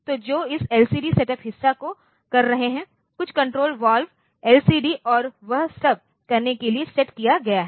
तो जो इस एलसीडी सेटअप हिस्सा को कर रहे हैं कुछ कण्ट्रोल वाल्व एलसीडी और वह सब करने के लिए सेट किया गया है